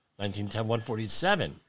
1910-147